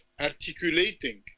articulating